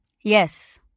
Yes